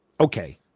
Okay